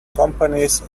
companies